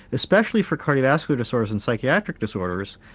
especially for cardiovascular disorders and psychiatric disorders,